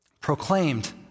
proclaimed